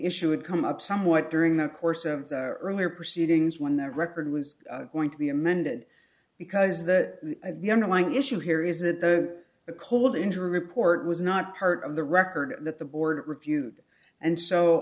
issue would come up somewhat during the course of the earlier proceedings when the record was going to be amended because the underlying issue here is that the cold injury report was not part of the record that the board refused and so